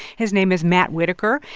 his name is matt whitaker.